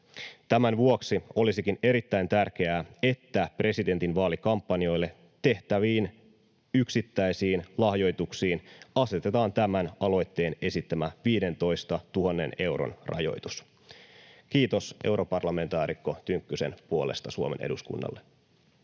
Tämän vuoksi olisikin erittäin tärkeää, että presidentinvaalikampanjoille tehtäviin yksittäisiin lahjoituksiin asetetaan tämän aloitteen esittämä 15 000 euron rajoitus. Kiitos europarlamentaarikko Tynkkysen puolesta Suomen eduskunnalle.